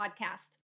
podcast